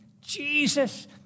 Jesus